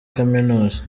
kaminuza